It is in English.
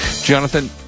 Jonathan